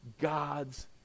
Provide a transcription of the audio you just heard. God's